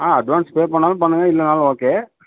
ஆ advance pay பண்ணாலும் பண்ணுங்க இல்லைன்னாலும் ஓகே